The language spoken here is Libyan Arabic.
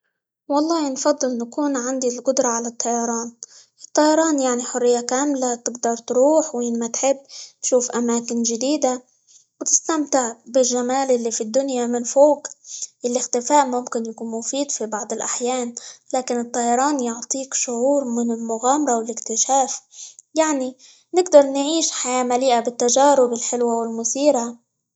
والله نفضل نكون عندي القدرة على الطيران، الطيران يعني حرية كاملة، تقدر تروح وين ما تحب، تشوف أماكن جديدة، وتستمتع بالجمال اللي في الدنيا من فوق، الإختفاء ممكن يكون مفيد في بعض الأحيان، لكن الطيران يعطيك شعور من المغامرة، والإكتشاف، يعنى نقدر نعيش حياة مليئة بالتجارب الحلوة، والمثيرة.